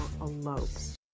elopes